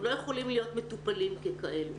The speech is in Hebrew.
הם לא יכולים להיות מטופלים ככאלה.